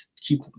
keep